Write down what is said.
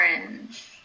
orange